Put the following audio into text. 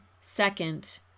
Second